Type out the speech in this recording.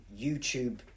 YouTube